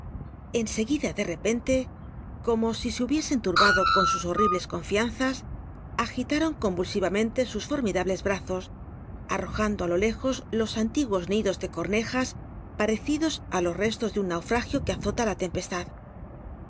seguida ele tepen te como si se hubiesen tmbttdo con sus horribles confianzas agitaron convulsivamente sus formidables braws a noj ando á lo lejos los antiguos nidos de comejas patecidos á los restos de un naufragio que azota la tempestad